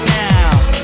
now